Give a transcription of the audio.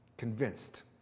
Convinced